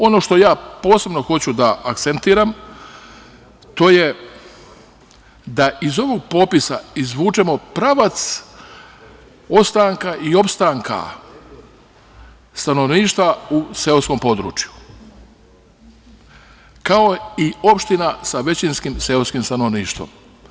Ono što ja posebno hoću da akcentujem, to je da iz ovog popisa izvučemo pravac ostanka i opstanka stanovništva u seoskom području, kao i opština sa većinskim seoskim stanovništvom.